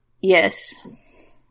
Yes